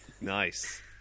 Nice